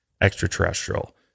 extraterrestrial